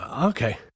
okay